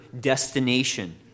destination